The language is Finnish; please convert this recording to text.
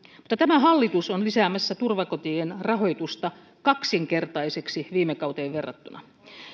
mutta tämä hallitus on lisäämässä turvakotien rahoitusta kaksinkertaiseksi viime kauteen verrattuna